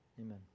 Amen